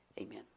Amen